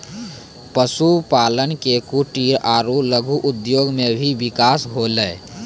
पशुपालन से कुटिर आरु लघु उद्योग मे भी बिकास होलै